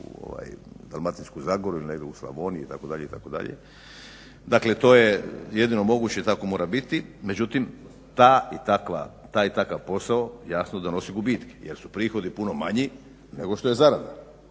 Dalmatinsku Zagoru ili negdje u Slavoniju i itd., dakle to je jedino moguće i tako mora biti, međutim ta i takav posao jasno da nosi gubitke jer su prihodi puno manji nego što je zarada.